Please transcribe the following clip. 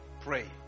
pray